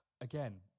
Again